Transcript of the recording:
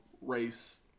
Race